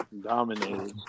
Dominated